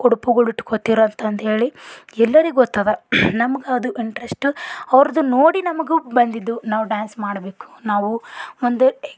ಉಡುಪುಗಳಿಟ್ಕೋತಿರಂತಂದೇಳಿ ಎಲ್ಲರಿಗೊತ್ತದ ನಮಗದು ಇನ್ಟ್ರೆಷ್ಟು ಅವ್ರದ್ದು ನೋಡಿ ನಮಗೂ ಬಂದಿದ್ದು ನಾವು ಡಾನ್ಸ್ ಮಾಡಬೇಕು ನಾವು ಒಂದು